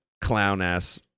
clown-ass